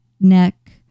neck